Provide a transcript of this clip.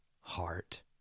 heart